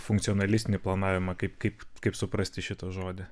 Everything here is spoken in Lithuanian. funkcionalistinį planavimą kaip kaip kaip suprasti šitą žodį